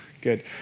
Good